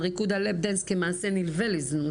ריקוד ה"לאפ דאנס" כמעשה נלווה לזנות?